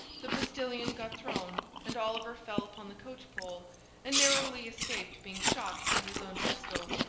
the postillion got thrown, and oliver fell upon the coach-pole and narrowly escaped being shot by his own pistol,